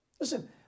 Listen